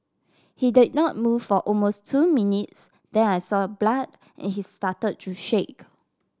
he did not move for almost two minutes then I saw blood and he started to shake